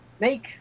make